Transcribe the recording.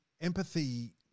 empathy